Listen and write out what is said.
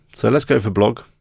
so let's go for blog.